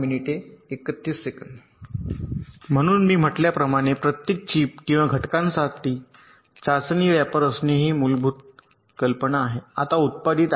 म्हणून मी म्हटल्याप्रमाणे प्रत्येक चिप किंवा घटकांसाठी चाचणी रॅपर असणे ही मूलभूत कल्पना आहे आता उत्पादित आहे